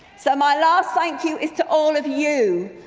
so my last thank you is to all of you,